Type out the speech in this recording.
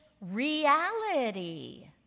reality